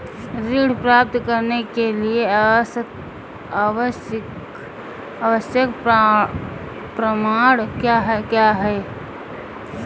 ऋण प्राप्त करने के लिए आवश्यक प्रमाण क्या क्या हैं?